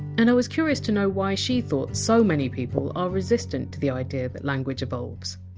and i was curious to know why she thought so many people are resistant to the idea that language evolves